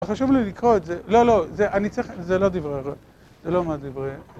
חשוב לי לקרוא את זה. לא, לא, אני צריך... זה לא דברי. זה לא מהדברי.